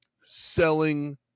selling